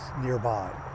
nearby